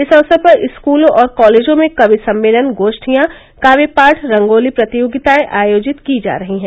इस अवसर पर स्कूलों और कॉलेजों में कवि सम्मेलन गोष्ठियां काव्य पाठ रंगोली प्रतियोगिताएं आयोजित की जा रही हैं